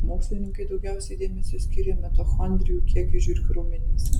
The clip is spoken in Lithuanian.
mokslininkai daugiausiai dėmesio skyrė mitochondrijų kiekiui žiurkių raumenyse